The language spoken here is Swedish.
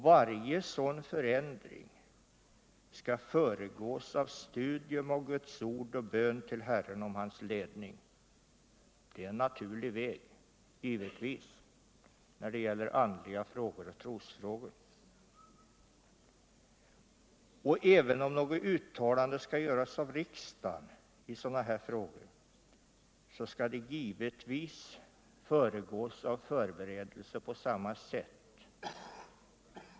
Varje sådan förändring skall föregås av studium av Guds ord och bön till Herren om hans ledning. Det är en naturlig väg när det gäller andliga frågor och trosfrågor. Om något uttalande skall göras av riksdagen i sådana här frågor skall naturligtvis även det föregås av förberedelser på samma sätt.